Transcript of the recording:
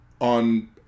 on